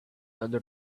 under